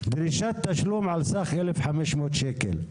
דרישת תשלום על סך 1,500 שקל.